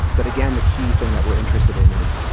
but again, the key thing that we're interested in is,